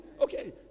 Okay